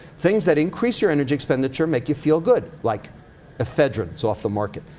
things that increase your energy expenditure make you feel good, like ephedra, it's off the market,